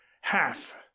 half